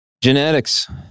Genetics